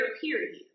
period